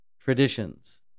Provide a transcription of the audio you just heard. traditions